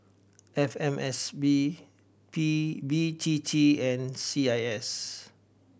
F M S P B T T and C I S